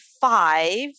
five